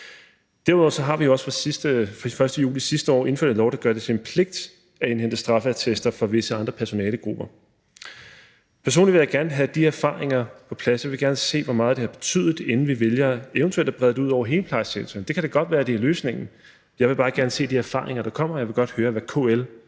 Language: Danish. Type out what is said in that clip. Derudover har vi også indført en lov, der pr. 1. juli sidste år gør det til en pligt at indhente straffeattester for visse andre personalegrupper. Personligt vil jeg gerne have de erfaringer på plads. Jeg vil gerne se, hvor meget det har betydet, inden vi vælger eventuelt at brede det ud over hele plejesektoren. Det kan da godt være, at det er løsningen. Jeg vil bare gerne se på de erfaringer, der kommer, og jeg vil godt høre, hvad KL og